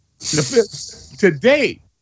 Today